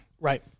Right